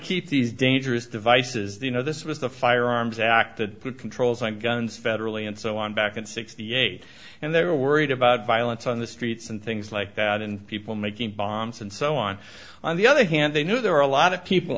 keep these dangerous devices the you know this was the fire arms acted controls like guns federally and so on back in sixty eight and they were worried about violence on the streets and things like that and people making bombs and so on on the other hand they knew there were a lot of people